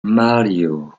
mario